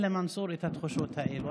אין למנסור את התחושות האלה,